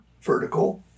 vertical